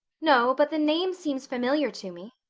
no, but the name seems familiar to me.